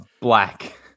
black